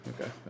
Okay